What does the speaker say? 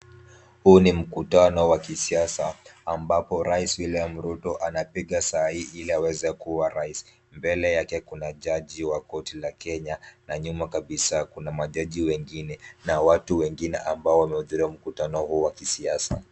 Huu ni mkutano wa kisiasa ambapo rais William Ruto anapiga sahii ili aweze kuwa rais, mbele yake kuna jaji wa korti la Kenya na nyuma kabisa kuna majaji wengine na watu wengine ambao wamehudhuria mkutano huu wa kisiasa.